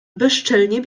bezczelnie